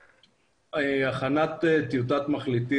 הכנת טיוטת מחליטים,